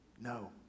No